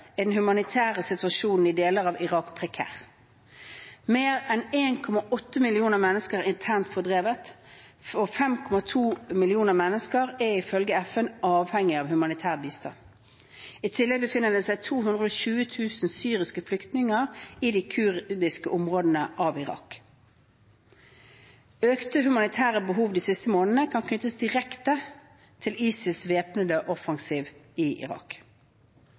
er den humanitære situasjonen i deler av Irak prekær. Mer enn 1,8 millioner mennesker er internt fordrevet, og 5,2 millioner mennesker er ifølge FN avhengig av humanitær bistand. I tillegg befinner det seg 220 000 syriske flyktninger i de kurdiske områdene av Irak. Økte humanitære behov de siste månedene kan knyttes direkte til ISILs væpnede offensiv i Irak.